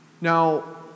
Now